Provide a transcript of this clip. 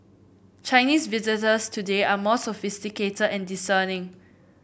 Chinese visitors today are more sophisticated and discerning